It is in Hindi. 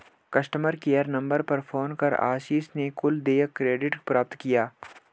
कस्टमर केयर नंबर पर फोन कर आशीष ने कुल देय क्रेडिट प्राप्त किया